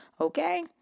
Okay